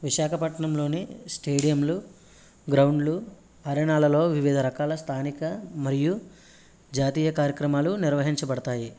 విశాఖపట్నంలోని స్టేడియంలు గ్రౌండ్లు అరేనాలలో వివిధ రకాల స్థానిక మరియు జాతీయ కార్యక్రమాలు నిర్వహించబడతాయి